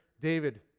David